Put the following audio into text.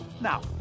Now